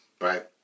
right